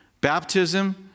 baptism